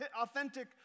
authentic